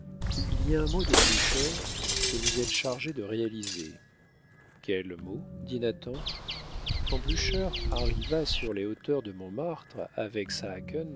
il y a un mot de blucher que vous êtes chargés de réaliser quel mot dit nathan quand blucher arriva sur les hauteurs de montmartre avec saacken